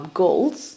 goals